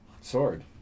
sword